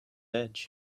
edge